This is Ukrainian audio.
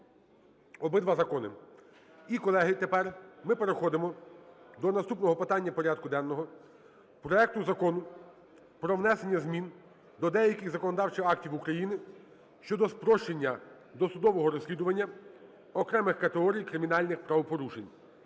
обидва закони. І, колеги, тепер ми переходимо до наступного питання порядку денного – проекту Закону про внесення змін до деяких законодавчих актів України щодо спрощення досудового розслідування окремих категорій кримінальних правопорушень.